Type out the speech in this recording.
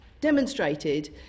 demonstrated